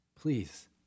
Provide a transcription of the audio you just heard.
please